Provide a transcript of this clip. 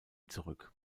zurück